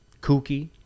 kooky